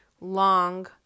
long